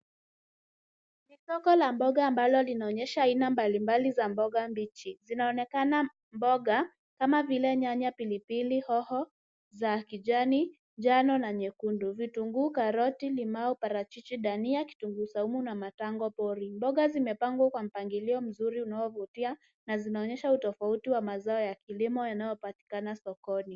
Ni soko la mboga ambalo linaonyesha aina mbalimbali za mboga mbichi. Zinaonekana mboga kama vile nyanya, pilipili hoho za kijani, njano na nyekundu. Vitunguu, karoti, limau, parachichi, dania, kitunguu saumu na matango pori. Mboga zimepangwa kwa mpangilio mzuri unaovutia na zinaonyesha utofauti wa mazao ya kilimo yanayopatikana sokoni.